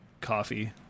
coffee